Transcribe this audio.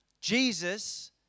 Jesus